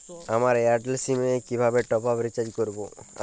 আমার Airtel SIM এ কিভাবে টপ আপ রিচার্জ করবো?